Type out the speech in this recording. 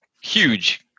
huge